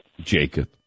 Jacob